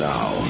Now